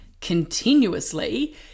continuously